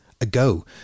ago